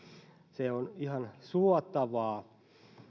se on ihan suotavaa